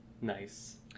Nice